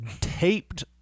taped